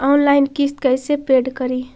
Online किस्त कैसे paid करि?